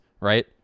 right